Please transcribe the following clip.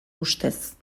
ustez